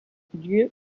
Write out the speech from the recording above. lieu